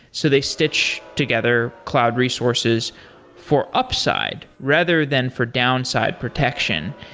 so they stitch together cloud resources for upside rather than for downside protection.